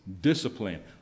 discipline